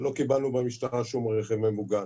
ולא קיבלנו במשטרה שום רכב ממוגן,